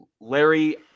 Larry